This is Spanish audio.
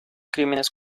crímenes